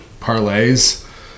parlays